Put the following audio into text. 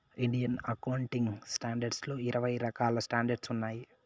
Indian accounting standards లో ఇరవై రకాల స్టాండర్డ్స్ ఉన్నాయి